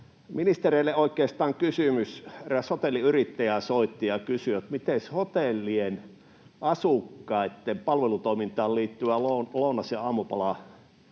Ministereille oikeastaan kysymys: Eräs hotelliyrittäjä soitti ja kysyi, että mites hotellien asukkaitten palvelutoimintaan liittyvät lounas ja aamupala